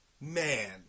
man